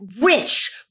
rich